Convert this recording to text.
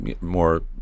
more